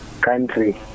country